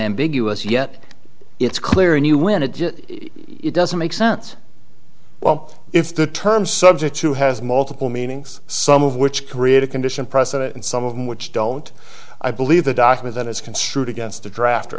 ambiguous yet it's clear and you win it just it doesn't make sense well if the terms subject to has multiple meanings some of which create a condition precedent and some of which don't i believe the document is construed against the draft